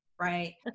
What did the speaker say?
right